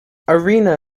arena